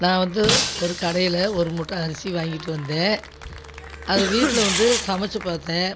நான் வந்து ஒரு கடையில் ஒரு மூட்டை அரிசி வாங்கிட்டு வந்தேன் அதை வீட்டில் வந்து சமைச்சு பார்த்தேன்